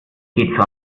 geht